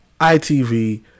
ITV